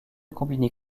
combiner